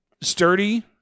sturdy